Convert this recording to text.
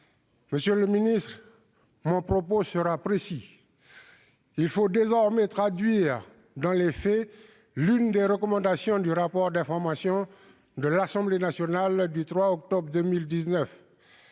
Monsieur le ministre, mon propos sera précis : il faut désormais traduire dans les faits l'une des recommandations du rapport d'information de l'Assemblée nationale en date du 3 octobre 2019